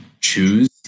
choose